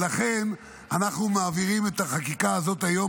לכן אנחנו מעבירים את החקיקה הזאת היום,